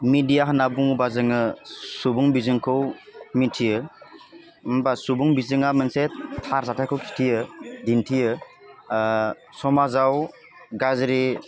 मेदिया होनना बुङोबा जोङो सुबुं बिजोंखौ मिथियो होमबा सुबुं बिजोङा मोनसे थार जाथायखौ खिन्थियो दिन्थियो समाजाव गाज्रि